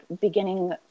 beginning